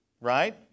right